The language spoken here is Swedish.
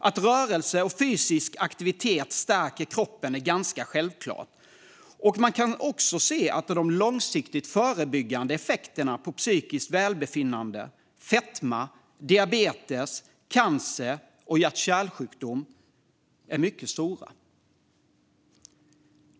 Att rörelse och fysisk aktivitet stärker kroppen är ganska självklart, och man kan också se att de långsiktiga förebyggande effekterna när det handlar om psykiskt välbefinnande, fetma, diabetes, cancer och hjärt och kärlsjukdom är mycket stora.